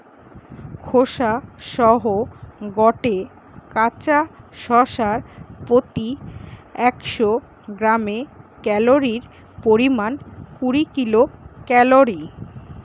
খোসা সহ গটে কাঁচা শশার প্রতি একশ গ্রামে ক্যালরীর পরিমাণ কুড়ি কিলো ক্যালরী